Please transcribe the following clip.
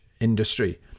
Industry